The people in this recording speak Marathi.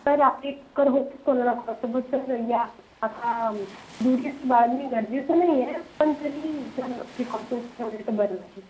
तर आपली टक्कर होतेच कोणा ना कोणासोबत तर यात जास्त दूरी पाळणे गरजेचं नाही आहे पण तरी जर प्रिकॉशन ठेवले तर बरे राहील